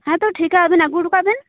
ᱦᱮᱸᱛᱚ ᱴᱷᱤᱠᱟ ᱟᱵᱮᱱ ᱟᱹᱜᱩ ᱦᱚᱴᱚ ᱠᱟᱜ ᱵᱤᱱ